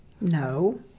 No